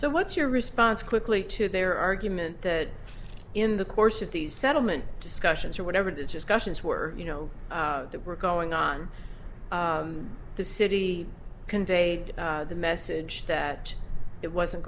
so what's your response quickly to their argument that in the course of the settlement discussions or whatever discussions were you know that were going on the city conveyed the message that it wasn't